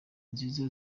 nziza